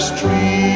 tree